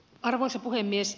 arvoisa puhemies